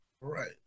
Right